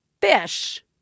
fish